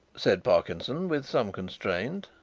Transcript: said parkinson, with some constraint.